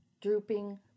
drooping